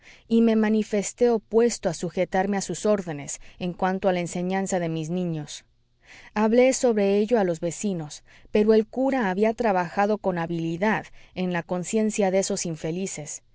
y me manifesté opuesto a sujetarme a sus órdenes en cuanto a la enseñanza de mis niños hablé sobre ello a los vecinos pero el cura había trabajado con habilidad en la conciencia de esos infelices